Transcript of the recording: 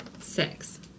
six